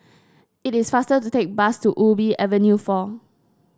it is faster to take bus to Ubi Avenue four